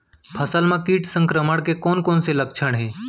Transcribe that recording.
फसल म किट संक्रमण के कोन कोन से लक्षण हे?